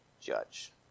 judge